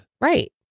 Right